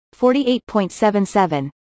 48.77